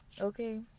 okay